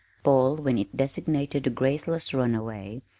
paul, when it designated the graceless runaway,